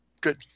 Good